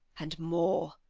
and more,